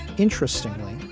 interestingly,